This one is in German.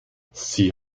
sie